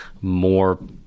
more